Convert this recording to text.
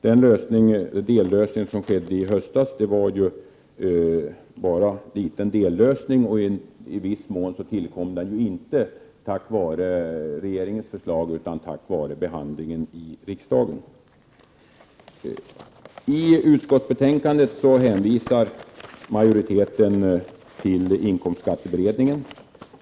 Den dellösning som tillkom i höstas var bara en liten dellösning, och den tillkom inte tack vare regeringens förslag utan tack vare riksdagens behandling. I utskottsbetänkandet hänvisar majoriteten till RINK.